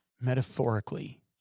metaphorically